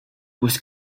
was